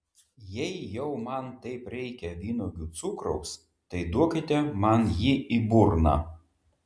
jei jau man taip reikia vynuogių cukraus tai duokite man jį į burną